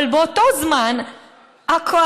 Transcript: אבל באותו זמן הקואליציה,